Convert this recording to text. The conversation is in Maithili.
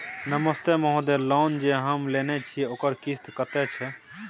नमस्ते महोदय, लोन जे हम लेने छिये ओकर किस्त कत्ते छै?